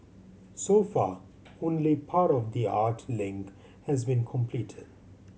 so far only part of the art link has been completed